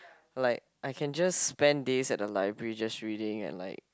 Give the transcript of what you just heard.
like I can just spend days at the library just reading and like